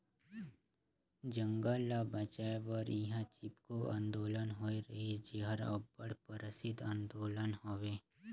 जंगल ल बंचाए बर इहां चिपको आंदोलन होए रहिस जेहर अब्बड़ परसिद्ध आंदोलन हवे